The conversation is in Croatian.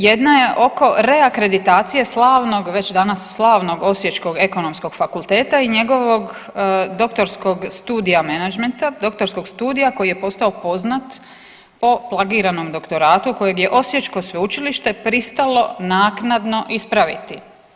Jedna je oko reakreditacije slavnog već danas slavnog osječkog Ekonomskog fakulteta i njegovog doktorskog studija menadžmenta, doktorskog studija koji je postao poznat po plagiranom doktoratu kojeg je osječko sveučilište pristalo naknadno ispraviti.